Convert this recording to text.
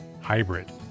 hybrid